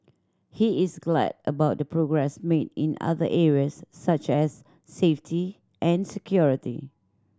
he is glad about the progress made in other areas such as safety and security